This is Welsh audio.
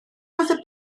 oedd